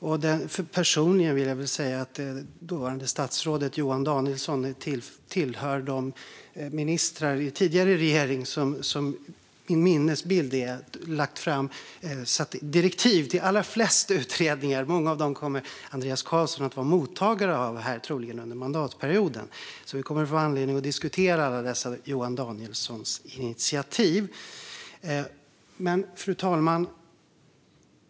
Dåvarande statsrådet Johan Danielsson hör enligt min personliga minnesbild till de ministrar i tidigare regeringar som har gett direktiv till allra flest utredningar. Många av dessa kommer Andreas Carlson troligen att vara mottagare av under mandatperioden, så vi kommer att få anledning att diskutera Johan Danielssons initiativ. Fru talman!